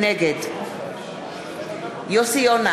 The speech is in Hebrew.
נגד יוסי יונה,